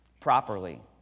properly